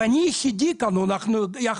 ואני יחד עם חבר,